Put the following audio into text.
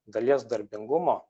dalies darbingumo